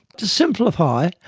to simplify,